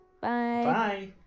Bye